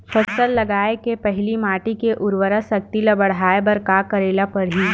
फसल लगाय के पहिली माटी के उरवरा शक्ति ल बढ़ाय बर का करेला पढ़ही?